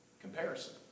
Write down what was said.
Comparison